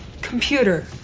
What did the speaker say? Computer